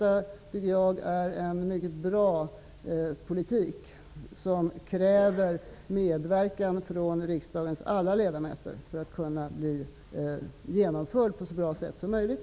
Jag tycker att detta är en mycket bra politik. Den kräver dock medverkan från riksdagens alla ledamöter för att kunna genomföras på ett så bra sätt som möjligt.